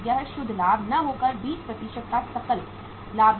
यह शुद्ध लाभ न होकर 20 का सकल लाभ है